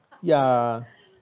ya